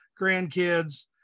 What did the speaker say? grandkids